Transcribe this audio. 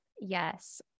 Yes